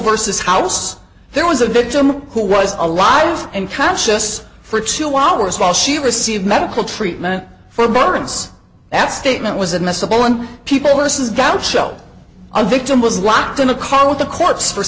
versus house there was a victim who was alive and conscious for two hours while she received medical treatment for birds that statement was admissible and people this is doubt shall i victim was locked in a car with a corpse for